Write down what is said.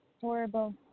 Horrible